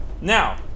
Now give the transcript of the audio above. Now